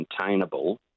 maintainable